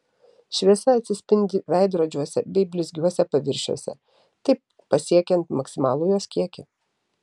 šviesa atsispindi veidrodžiuose bei blizgiuose paviršiuose taip pasiekiant maksimalų jos kiekį